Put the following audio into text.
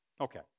Okay